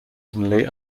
evenly